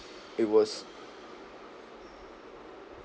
it was